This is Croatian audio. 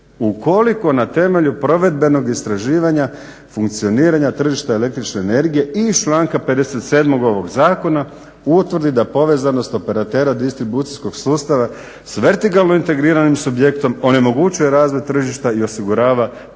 ukoliko na temelju provedbenog istraživanja funkcioniranja tržišta električne energije i iz članka 57. ovog zakona utvrdi da povezanost operatera distribucijskog sustava s vertikalno integriranim subjektom onemogućuje razvoj tržišta i osigurava povlašteni